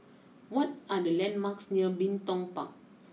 what are the landmarks near Bin Tong Park